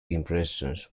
impressions